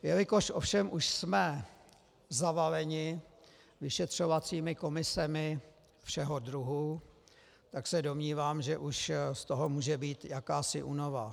Jelikož ovšem už jsme zavaleni vyšetřovacími komisemi všeho druhu, tak se domnívám, že už z toho může být jakási únava.